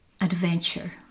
adventure